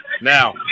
Now